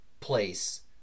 place